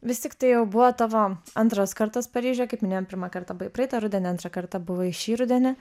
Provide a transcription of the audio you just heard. vis tik tai jau buvo tavo antras kartas paryžiuje kaip minėjom pirmą kartą buvai praeitą rudenį antrą kartą buvai šį rudenį